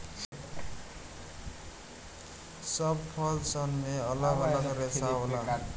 सब फल सन मे अलग अलग रेसा होला